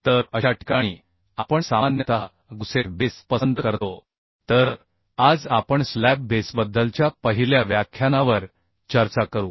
तर अशा ठिकाणी आपण सामान्यतः गुसेट बेस पसंत करतो तर आज आपण स्लॅब बेसबद्दलच्या पहिल्या व्याख्यानावर चर्चा करू